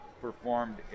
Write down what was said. performed